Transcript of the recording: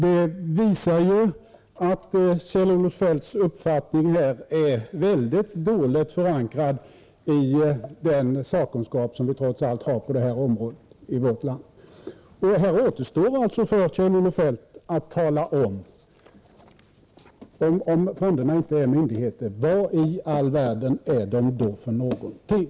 Det visar ju att Kjell-Olof Feldts uppfattning i denna fråga är mycket dåligt förankrad i den sakkunskap som ändå finns på det här området i vårt land. Det återstår alltså för Kjell-Olof Feldt att svara på följande fråga: Om fonderna inte är myndigheter, vad i all världen är de då för någonting?